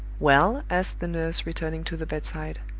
well? asked the nurse, returning to the bedside.